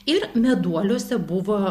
ir meduoliuose buvo